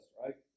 right